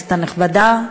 נכבדה,